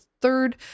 third